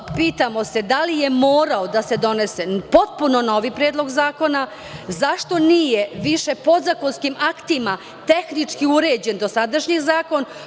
Prosto, pitamo se da li je morao da se donese potpuno novi Predlog zakona, zašto nije više podzakonskim aktima tehnički uređen dosadašnji zakon.